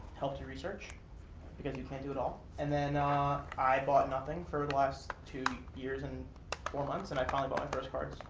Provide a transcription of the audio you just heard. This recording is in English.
helped you research because you can't do it all and then i bought nothing for the last two years and four months and i finally bought my first cards